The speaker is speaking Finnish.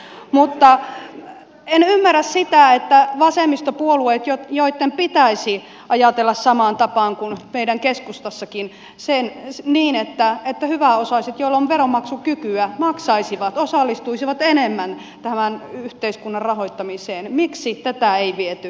mutta en ymmärrä sitä että vasemmistopuolueet joitten pitäisi ajatella samaan tapaan kuin meidän keskustassakin niin että hyväosaiset joilla on veronmaksukykyä maksaisivat osallistuisivat enemmän tämän yhteiskunnan rahoittamiseen miksi tätä ei viety maaliin asti